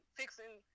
fixing